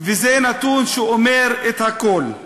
וזה נתון שאומר את הכול.